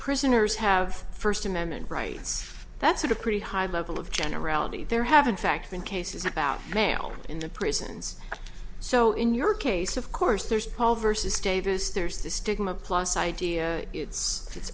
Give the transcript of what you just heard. prisoners have first amendment rights that's at a pretty high level of generality there haven't fact in cases about male in the prisons so in your case of course there's paul versus davis there's the stigma plus idea it's